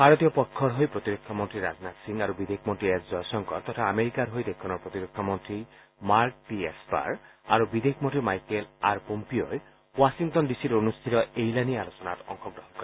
ভাৰতীয় পক্ষৰ হৈ প্ৰতিৰক্ষা মন্ত্ৰী ৰাজনাথ সিং আৰু বিদেশ মন্ত্ৰী এছ জয়শংকৰ তথা আমেৰিকাৰ হৈ দেশখনৰ প্ৰতিৰক্ষা মন্ত্ৰী মাৰ্ক টি এছপাৰ আৰু বিদেশ মন্ত্ৰী মাইকেল আৰ পম্পিঅই ৰাখিংটন ডি চিত অনুষ্ঠিত এইলানি আলোচনাত অংশগ্ৰহণ কৰে